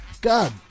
God